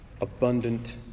abundant